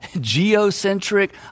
geocentric